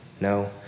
no